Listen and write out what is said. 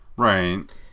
Right